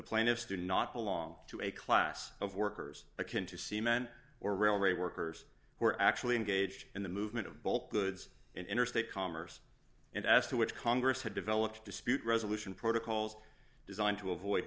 plaintiffs do not belong to a class of workers akin to see men or railway workers who are actually engaged in the movement of both goods and interstate commerce and as to which congress had developed dispute resolution protocols designed to avoid